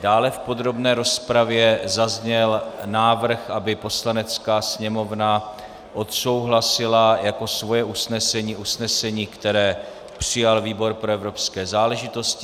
Dále v podrobné rozpravě zazněl návrh, aby Poslanecká sněmovna odsouhlasila jako svoje usnesení usnesení, které přijal výbor pro evropské záležitosti.